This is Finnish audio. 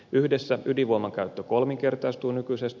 yhdessä ydinvoiman käyttö kolminkertaistuu nykyisestä